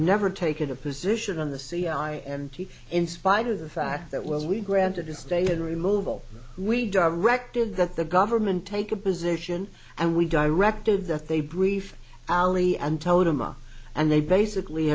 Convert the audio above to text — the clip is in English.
never taken a position on the c i n t in spite of the fact that well we granted a stay in removal we directed that the government take a position and we directed that they brief hourly and told them up and they basically